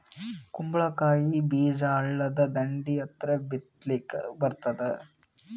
ಕುಂಬಳಕಾಯಿ ಬೀಜ ಹಳ್ಳದ ದಂಡಿ ಹತ್ರಾ ಬಿತ್ಲಿಕ ಬರತಾದ?